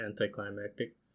anticlimactic